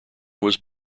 was